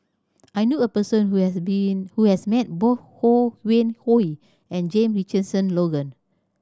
I knew a person who has being who has met both Ho Yuen Hoe and Jame Richardson Logan